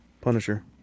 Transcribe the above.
Punisher